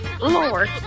lord